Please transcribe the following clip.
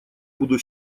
буду